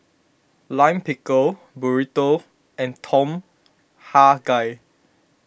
Lime Pickle Burrito and Tom Kha Gai